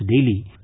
daily